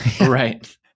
Right